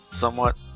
Somewhat